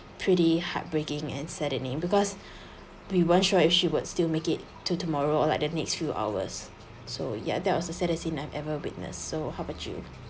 pretty heartbreaking and saddening because we weren't sure if she would still make it to tomorrow or like the next few hours so ya that was the saddest scene I've ever witness so how about you